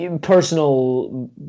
personal